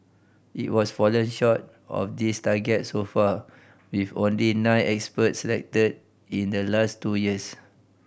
it was fallen short of this target so far with only nine experts selected in the last two years